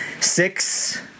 six